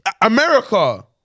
America